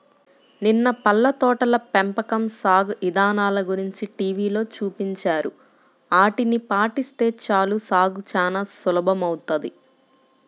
నిన్న పళ్ళ తోటల పెంపకం సాగు ఇదానల గురించి టీవీలో చూపించారు, ఆటిని పాటిస్తే చాలు సాగు చానా సులభమౌతది